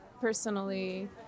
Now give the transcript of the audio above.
personally